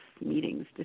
meetings